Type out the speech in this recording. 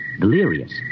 delirious